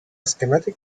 schematic